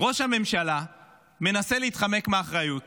ראש הממשלה מנסה להתחמק מאחריות,